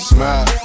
Smile